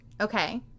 okay